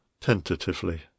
tentatively